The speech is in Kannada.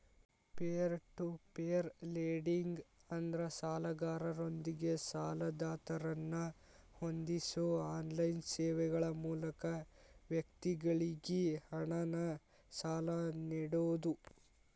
ಪೇರ್ ಟು ಪೇರ್ ಲೆಂಡಿಂಗ್ ಅಂದ್ರ ಸಾಲಗಾರರೊಂದಿಗೆ ಸಾಲದಾತರನ್ನ ಹೊಂದಿಸೋ ಆನ್ಲೈನ್ ಸೇವೆಗಳ ಮೂಲಕ ವ್ಯಕ್ತಿಗಳಿಗಿ ಹಣನ ಸಾಲ ನೇಡೋದು